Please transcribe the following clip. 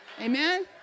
Amen